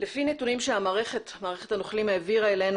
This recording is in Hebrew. לפי נתונים שמערכת "הנוכלים" העבירה אלינו